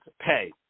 pay